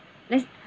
that's